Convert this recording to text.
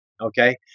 Okay